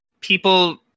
people